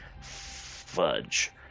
Fudge